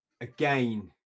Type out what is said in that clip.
again